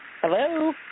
Hello